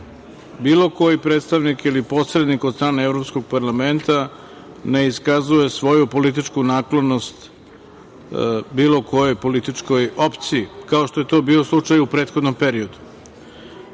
bilo koji predstavnik ili posrednik od strane Evropskog parlamenta ne iskazuje svoju političku naklonost bilo kojoj političkoj opciji, kao što je to bio slučaj u prethodnom periodu. Ovo